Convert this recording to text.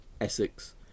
Essex